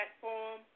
platform